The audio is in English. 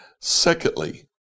Secondly